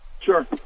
Sure